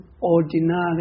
ordinary